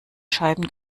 scheiben